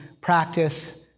Practice